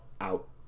out